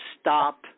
stop